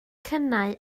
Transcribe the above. cynnau